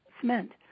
cement